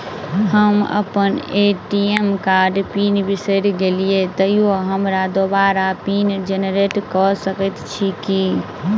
हम अप्पन ए.टी.एम कार्डक पिन बिसैर गेलियै तऽ हमरा दोबारा पिन जेनरेट कऽ सकैत छी की?